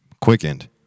quickened